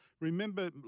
remember